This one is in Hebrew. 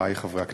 חברי חברי הכנסת,